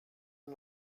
und